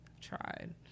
tried